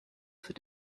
für